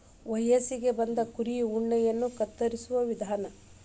ವಯಸ್ಸಿಗೆ ಬಂದ ಕುರಿಯ ಉಣ್ಣೆಯನ್ನ ಕತ್ತರಿಸುವ ವಿಧಾನ